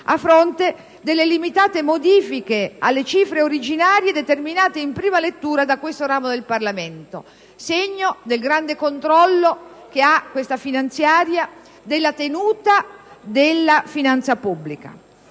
a fronte delle limitate modifiche alle cifre originarie determinate in prima lettura da questo ramo del Parlamento, segno del grande controllo di questa finanziaria sulla tenuta della finanza pubblica.